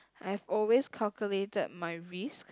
I've always calculated my risk